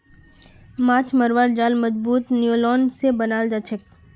माछ मरवार जाल मजबूत नायलॉन स बनाल जाछेक